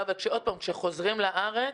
אבל מה הפתרון כשחוזרים לארץ?